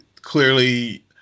clearly